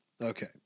Okay